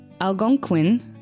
Algonquin